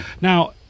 Now